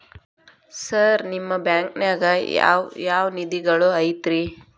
Sir ನಿಮ್ಮ ಬ್ಯಾಂಕನಾಗ ಯಾವ್ ಯಾವ ನಿಧಿಗಳು ಐತ್ರಿ?